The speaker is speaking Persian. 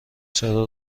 چرا